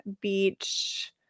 beach